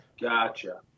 Gotcha